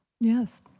Yes